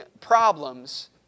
problems